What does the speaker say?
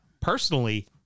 personally